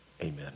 Amen